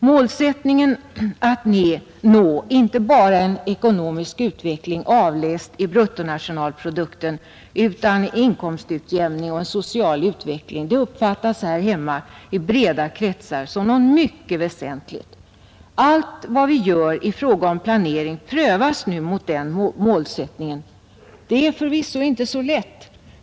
Målsättningen att nå inte bara ekonomisk utveckling avläst i bruttonationalprodukten utan i inkomstutjämning och social utveckling uppfattas här hemma i breda kretsar som något mycket viktigt. Allt vad vi gör i fråga om planering prövas nu mot den målsättningen. Det är förvisso inte så lätt.